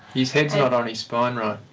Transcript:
his head's not on his spine right.